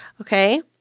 Okay